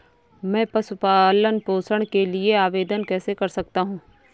मैं पशु पालन पोषण के लिए आवेदन कैसे कर सकता हूँ?